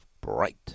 bright